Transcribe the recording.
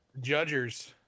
Judgers